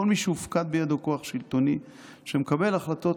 כל מי שהופקד בידו כוח שלטוני שמקבל החלטות